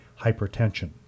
hypertension